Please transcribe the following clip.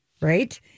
right